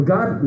God